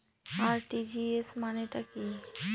RTGS মানে টা কি?